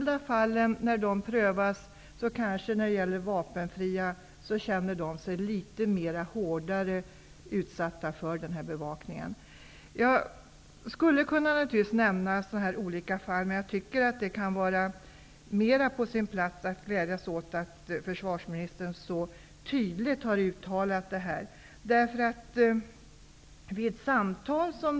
De vapenfria känner sig litet mer utsatta, när de enskilda fallen prövas. Jag skulle naturligtvis kunna nämna flera olika fall, men jag tycker att det är mer på sin plats att glädjas åt att försvarsministern så tydligt har uttalat hur det förhåller sig med det här.